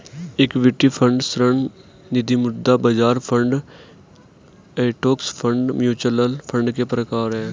equity fund ऋण निधिमुद्रा बाजार fund index fund mutual fund के प्रकार हैं